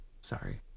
Sorry